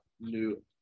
new